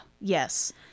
Yes